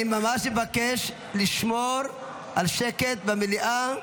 אני ממש מבקש לשמור על שקט במליאה,